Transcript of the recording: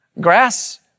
Grass